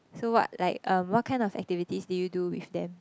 so what like uh what kind of activities did you do with them